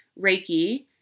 Reiki